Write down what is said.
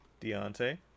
deontay